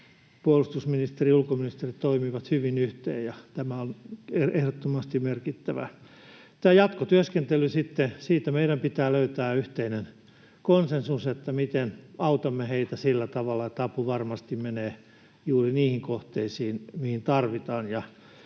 Puolustusministeri ja ulkoministeri toimivat hyvin yhteen, ja tämä on ehdottomasti merkittävää. Jatkotyöskentely sitten: Siitä meidän pitää löytää yhteinen konsensus, miten autamme heitä sillä tavalla, että apu varmasti menee juuri niihin kohteisiin, mihin tarvitaan.